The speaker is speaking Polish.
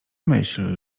myśl